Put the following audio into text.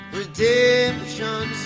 redemption